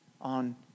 on